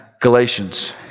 Galatians